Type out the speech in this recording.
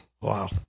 Wow